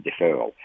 deferral